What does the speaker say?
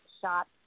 shot